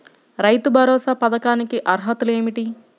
రైతు భరోసా పథకానికి అర్హతలు ఏమిటీ?